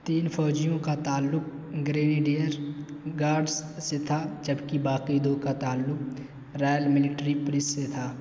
تین فوجیوں کا تعلق گریڈیئر گارڈس سے تھا جبکہ باقی دو کا تعلق رائل ملٹری پولیس سے تھا